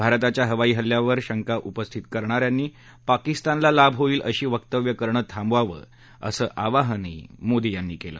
भारताच्या हवाई हल्ल्यांवर शंका उपस्थित करणाऱ्यांनी पाकिस्तानला लाभ होईल अशी वक्तव्य करणं थांबवावं असं आवाहन मोदी यांनी केलं